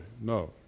No